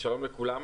שלום לכולם,